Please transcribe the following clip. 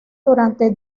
durante